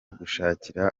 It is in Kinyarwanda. gushakira